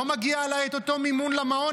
לא מגיע לה את אותו מימון למעון?